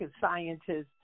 scientists